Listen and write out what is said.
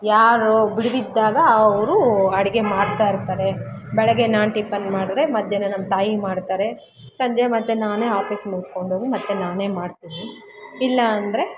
ಯಾರು ಬಿಡುವಿದ್ದಾಗ ಅವರು ಅಡಿಗೆ ಮಾಡ್ತಾಯಿರ್ತರೆ ಬೆಳಗ್ಗೆ ನಾನು ಟಿಫನ್ ಮಾಡಿದ್ರೆ ಮಧ್ಯಾಹ್ನ ನಮ್ಮ ತಾಯಿ ಮಾಡ್ತಾರೆ ಸಂಜೆ ಮತ್ತು ನಾನೇ ಆಫೀಸ್ ಮುಗಿಸ್ಕೊಂಡೋಗಿ ಮತ್ತು ನಾನೇ ಮಾಡ್ತೀನಿ ಇಲ್ಲ ಅಂದರೆ